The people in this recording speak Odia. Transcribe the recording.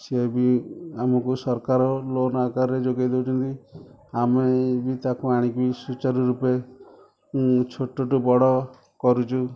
ସିଏ ବି ଆମକୁ ସରକାର ଲୋନ୍ ଆକାରରେ ଯୋଗେଇ ଦେଉଛନ୍ତି ଆମେ ବି ତାକୁ ଆଣିକି ବି ସୁଚାରୁରୂପେ ଛୋଟଠୁ ବଡ଼ କରୁଛୁ